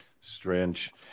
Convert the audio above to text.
Strange